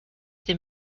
dem